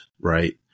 right